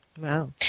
Wow